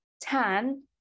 tan